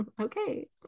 okay